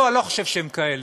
לא, אני לא חושב שהם כאלה.